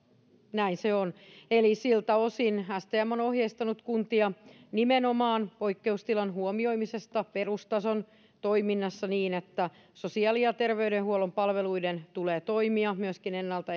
näin se on eli siltä osin stm on ohjeistanut kuntia nimenomaan poikkeustilan huomioimisesta perustason toiminnassa niin että sosiaali ja terveydenhuollon palveluiden tulee toimia myöskin ennalta